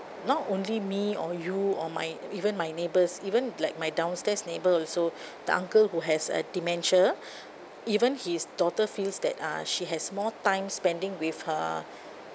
not only me or you or my even my neighbours even like my downstairs neighbour also the uncle who has uh dementia even his daughter feels that uh she has more time spending with her